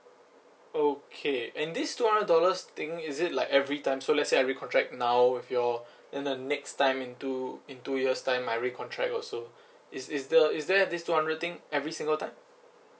okay and this two hundred dollars thing is it like every time so let's say I recontract now with your then the next time in two in two years time I recontract also is is there is there this two hundred thing every single time